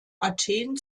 athen